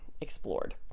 explored